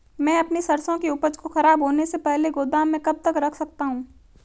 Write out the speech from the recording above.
मैं अपनी सरसों की उपज को खराब होने से पहले गोदाम में कब तक रख सकता हूँ?